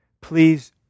please